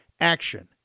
action